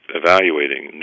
evaluating